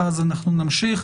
ואז אנחנו נמשיך.